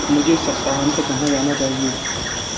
मुझे इस सप्ताहांत कहाँ जाना चाहिए